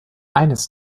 eines